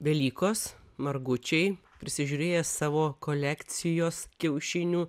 velykos margučiai prisižiūrėję savo kolekcijos kiaušinių